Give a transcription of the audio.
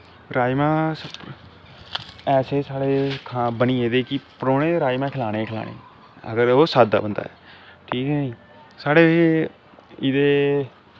राजमा ऐसे साढ़े बनी गेदे कि परौह्ने गी राजमा खलाने गै खलाने अगर ओह् साद्दा बंदा ऐ ठीक ऐ नी साढ़ै बी इह्दे